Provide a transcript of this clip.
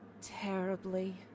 Terribly